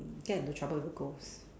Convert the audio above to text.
get into trouble with the ghosts